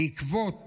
בעקבות